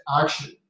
action